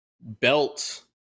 belt